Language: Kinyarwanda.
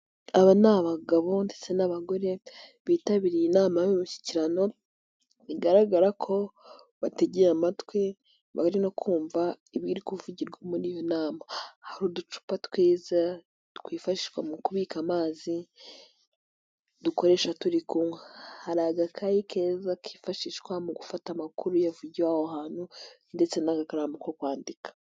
Aba ni abagabo ndetse n'abagore bitabiriye inama y'umushyikirano, bigaragara ko bategeye amatwi bari no kumva ibiri kuvugirwa muri iyo nama, hari uducupa twiza twifashishwa mu kubika amazi dukoresha turi kunywa, hari agakayi keza kifashishwa mu gufata amakuru yavugiwe aho hantu, ndetse n'agakaramu ko kwandika.